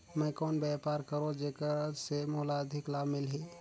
मैं कौन व्यापार करो जेकर से मोला अधिक लाभ मिलही?